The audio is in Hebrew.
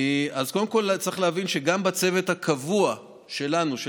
אז קודם כול צריך להבין שגם בצוות הקבוע שלנו של